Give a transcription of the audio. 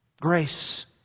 Grace